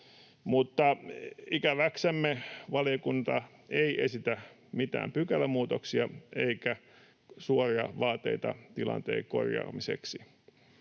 ikäväksemme valiokunta ei esitä mitään pykälämuutoksia eikä suoria vaateita tilanteen korjaamiseksi.